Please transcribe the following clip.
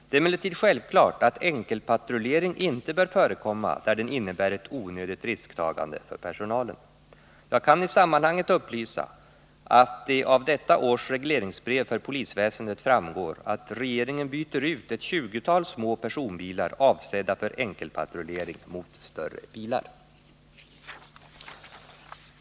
Det är emellertid självklart att enkelpatrullering inte bör förekomma där den innebär ett onödigt risktagande för personalen. Jag kan i sammanhanget upplysa att det av detta års regleringsbrev för polisväsendet framgår att regeringen byter ut ett tjugotal små personbilar avsedda för enkelpatrullering mot större bilar.